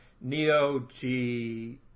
Neo-G